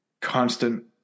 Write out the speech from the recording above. constant